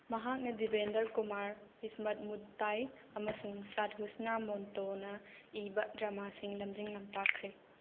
ꯃꯍꯥꯛꯅ ꯗꯦꯕꯦꯟꯗꯔ ꯀꯨꯃꯥꯔ ꯏꯁꯃꯠ ꯃꯨꯗꯇꯥꯏ ꯑꯃꯁꯨꯡ ꯁꯥꯗ ꯍꯨꯁꯅꯥ ꯃꯨꯟꯇꯣꯅ ꯏꯕ ꯗ꯭ꯔꯃꯥꯁꯤꯡ ꯂꯝꯖꯤꯡ ꯂꯝꯇꯥꯛꯈ꯭ꯔꯦ